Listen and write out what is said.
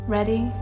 ready